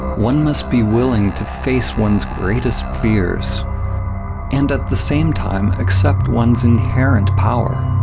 one must be willing to face one's greatest fears and at the same time accept one's inherent power.